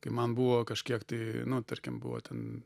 kai man buvo kažkiek tai nu tarkim buvo ten